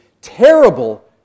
terrible